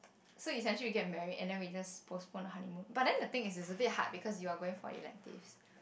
so essentially you get married and then we just postpone the honeymoon but then the thing is that is a bit hard be you are going for electives